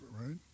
right